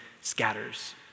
scatters